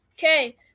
Okay